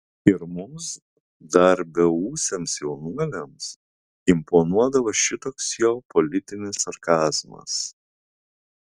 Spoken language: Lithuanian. ir mums dar beūsiams jaunuoliams imponuodavo šitoks jo politinis sarkazmas